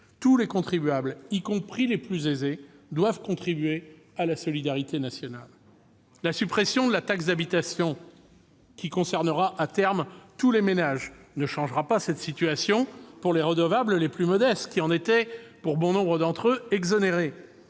Tous les contribuables, y compris les plus aisés, doivent participer à la solidarité nationale. La suppression de la taxe d'habitation, qui concernera, à terme, tous les ménages, ne changera pas la situation pour les redevables les plus modestes, qui en étaient, pour bon nombre d'entre eux, exonérés.